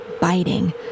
biting